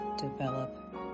develop